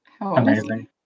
Amazing